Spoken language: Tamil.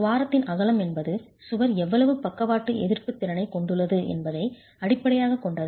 துவாரத்தின் அகலம் என்பது சுவர் எவ்வளவு பக்கவாட்டு எதிர்ப்புத் திறனைக் கொண்டுள்ளது என்பதை அடிப்படையாகக் கொண்டது